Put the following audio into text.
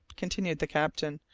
continued the captain,